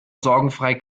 sorgenfrei